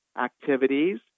activities